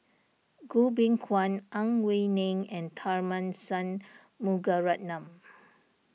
Goh Beng Kwan Ang Wei Neng and Tharman Shanmugaratnam